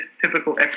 typical